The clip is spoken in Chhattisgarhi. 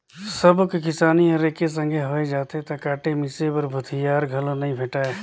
सबो के किसानी हर एके संघे होय जाथे त काटे मिसे बर भूथिहार घलो नइ भेंटाय